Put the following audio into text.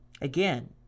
again